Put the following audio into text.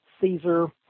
Caesar